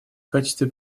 качестве